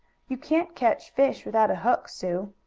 you can't catch fish without a hook, sue.